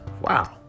Wow